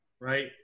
right